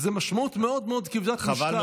וזאת משמעות מאוד מאוד כבדת משקל.